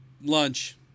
Lunch